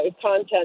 content